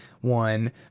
one